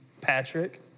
Patrick